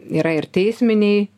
yra ir teisminiai